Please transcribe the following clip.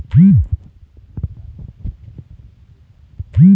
भारत के जम्मो राज म खेती किसानी के बूता होथे